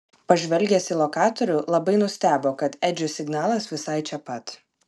pažvelgęs į lokatorių labai nustebo kad edžio signalas visai čia pat